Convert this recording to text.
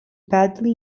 badly